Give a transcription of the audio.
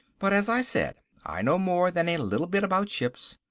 but, as i said, i know more than a little bit about ships.